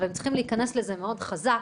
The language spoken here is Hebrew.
אבל הם צריכים להיכנס לזה מאוד חזק.